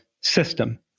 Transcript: system